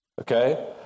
okay